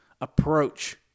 approach